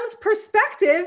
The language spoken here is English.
perspective